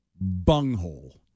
Bunghole